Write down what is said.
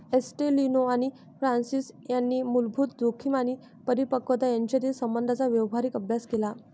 ॲस्टेलिनो आणि फ्रान्सिस यांनी मूलभूत जोखीम आणि परिपक्वता यांच्यातील संबंधांचा व्यावहारिक अभ्यास केला